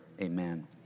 amen